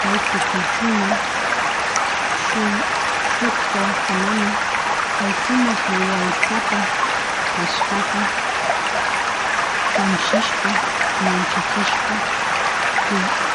Kay tukuychuna shukta kunami may sumak yuyay sapa cashkata kamshishpa manchachishpa